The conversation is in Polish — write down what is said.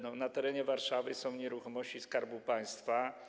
Na terenie Warszawy są nieruchomości Skarbu Państwa.